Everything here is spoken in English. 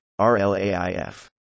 RLAIF